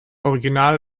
original